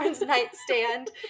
nightstand